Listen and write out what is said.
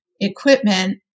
equipment